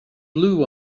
blue